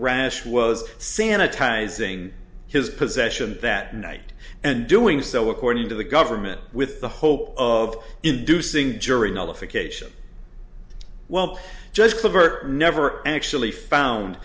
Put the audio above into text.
rash was sanitizing his possession that night and doing so according to the government with the hope of inducing jury nullification well just clever never actually found